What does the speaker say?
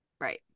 Right